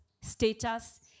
status